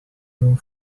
you